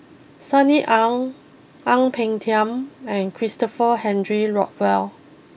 Sunny Ang Ang Peng Tiam and Christopher Henry Rothwell